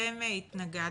אתם התנגדתם.